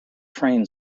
train